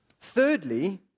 Thirdly